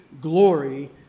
glory